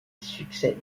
succède